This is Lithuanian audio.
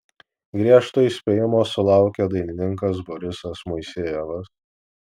griežto įspėjimo sulaukė dainininkas borisas moisejevas